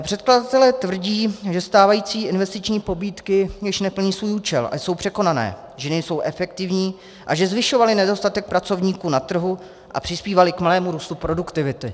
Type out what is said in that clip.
Předkladatelé tvrdí, že stávající investiční pobídky již neplní svůj účel a jsou překonané, že nejsou efektivní a že zvyšovaly nedostatek pracovníků na trhu a přispívaly k malému růstu produktivity.